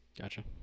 gotcha